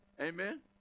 Amen